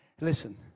Listen